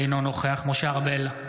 אינו נוכח משה ארבל,